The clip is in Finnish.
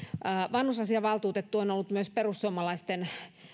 vanhusasiavaltuutettu on ollut myös perussuomalaisten